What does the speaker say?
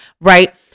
right